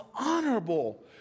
honorable